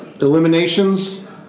Eliminations